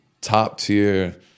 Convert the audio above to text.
top-tier